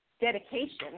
dedication